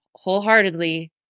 wholeheartedly